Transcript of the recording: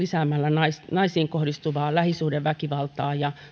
naisiin naisiin kohdistuvaa lähisuhdeväkivaltaa ja